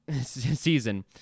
season